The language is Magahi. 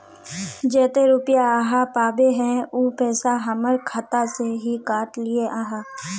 जयते रुपया आहाँ पाबे है उ पैसा हमर खाता से हि काट लिये आहाँ?